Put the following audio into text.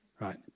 right